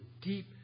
deep